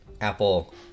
Apple